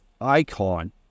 icon